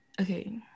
okay